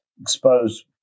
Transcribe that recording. expose